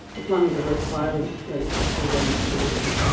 is one of the most violent places for women to be in.